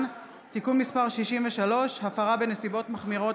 (תיקון מס' 63) (הפרה בנסיבות מחמירות),